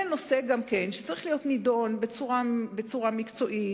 גם זה נושא שצריך להידון בצורה מקצועית,